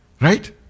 Right